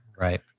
Right